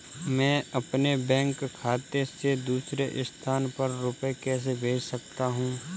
मैं अपने बैंक खाते से दूसरे स्थान पर रुपए कैसे भेज सकता हूँ?